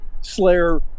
Slayer